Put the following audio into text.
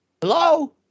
hello